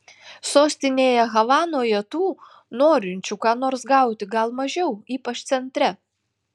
sostinėje havanoje tų norinčių ką nors gauti gal mažiau ypač centre